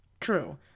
True